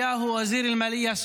(אומר דברים בשפה הערבית.)